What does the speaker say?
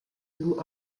loup